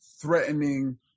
threatening